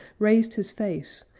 raised his face,